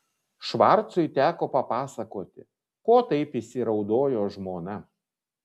švarcui teko papasakoti ko taip įsiraudojo žmona